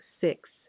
six